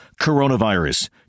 Coronavirus